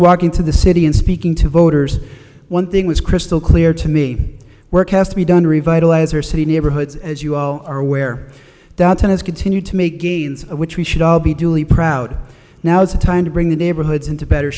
walking to the city and speaking to voters one thing was crystal clear to me work has to be done to revitalize our city neighborhoods as you all are aware that it has continued to make gains which we should all be duly proud now's the time to bring the neighborhoods into better